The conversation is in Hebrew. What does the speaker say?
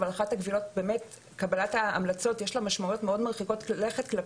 אבל בקבלת ההמלצות לגבי